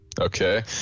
Okay